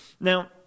Now